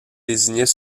désignaient